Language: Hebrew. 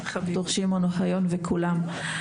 ד"ר שמעון אוחיון וכולם.